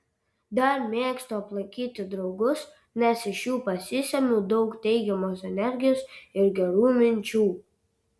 dar mėgstu aplankyti draugus nes iš jų pasisemiu daug teigiamos energijos ir gerų minčių